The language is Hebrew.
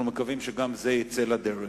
אנחנו מקווים שגם זה יצא לדרך.